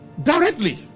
Directly